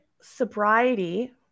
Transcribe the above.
sobriety